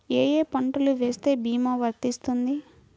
ఏ ఏ పంటలు వేస్తే భీమా వర్తిస్తుంది?